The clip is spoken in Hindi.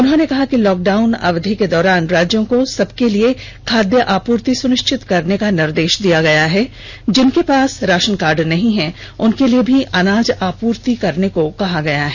उन्होंने कहा कि लॉकडाउन अवधि के दौरान राज्यों को सबके लिए खाद्य आपूर्ति सुनिश्चित करने का निर्देश दिया गया है जिनके पास राशनकार्ड नहीं हैं उनके लिए भी अनाज आपूर्ति करने को कहा गया है